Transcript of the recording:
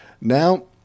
Now